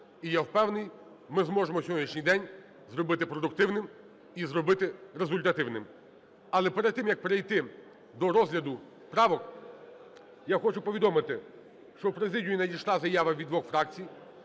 І, я впевнений, ми зможемо сьогоднішній день зробити продуктивним і зробити результативним. Але перед тим, як перейти до розгляду правок, я хочу повідомити, що в президію надійшла заява від двох фракцій,